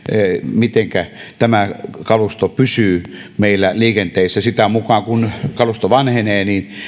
mitenkä tämä kalusto pysyy meillä liikenteessä sitä mukaa kun kalusto vanhenee